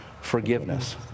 forgiveness